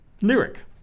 Lyric